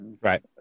Right